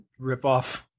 ripoff